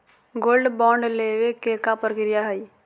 Gold bond लेवे के का प्रक्रिया हई?